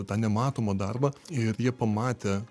tą nematomą darbą ir jie pamatę